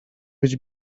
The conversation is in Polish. być